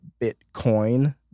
Bitcoin